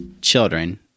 children